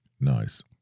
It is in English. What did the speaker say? Nice